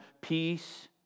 Peace